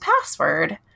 password